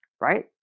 right